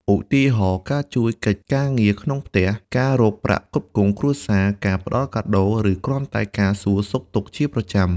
ឧទាហរណ៍ ការជួយកិច្ចការងារក្នុងផ្ទះ ការរកប្រាក់ផ្គត់ផ្គង់គ្រួសារ ការផ្ដល់កាដូ ឬគ្រាន់តែការសួរសុខទុក្ខជាប្រចាំ។